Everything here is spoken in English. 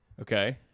Okay